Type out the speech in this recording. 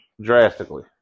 Drastically